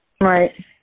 right